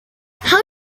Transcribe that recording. how